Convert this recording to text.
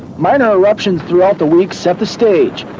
minor eruptions throughout the week set the stage.